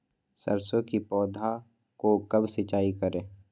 सरसों की पौधा को कब सिंचाई करे?